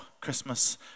Christmas